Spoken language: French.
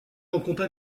rencontre